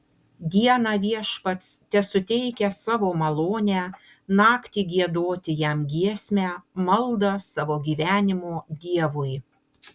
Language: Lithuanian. dieną viešpats tesuteikia savo malonę naktį giedoti jam giesmę maldą savo gyvenimo dievui